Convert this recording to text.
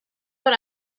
what